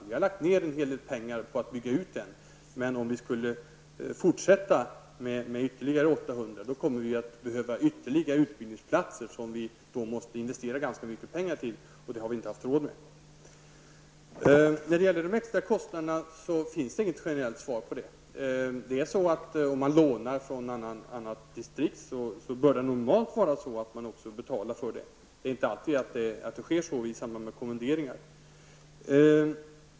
Vi har lagt ner en hel del pengar på att bygga ut den. Om vi skulle fortsätta med ytterligare 800 polisaspiranter, kommer vi att behöva ytterligare utbildningsplatser. Vi måste då investera ganska mycket pengar, vilket vi inte har haft råd med. Det finns inget generellt svar på frågan om de extra kostnaderna. Om man lånar från ett annat distrikt bör man normalt betala för det. Det är dock inte alltid så sker i samband med kommenderingar.